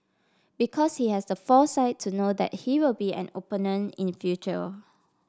because he has the foresight to know that he will be an opponent in future